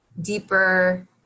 deeper